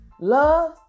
love